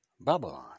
Babylon